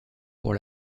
pour